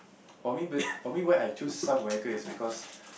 for me b~ for me why I choose South-America is because